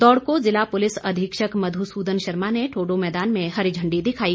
दौड़ को ज़िला पुलिस अधीक्षक मधू सूदन शर्मा ने ठोडो मैदान में हरी झंडी दिखाई